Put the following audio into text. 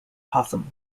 possum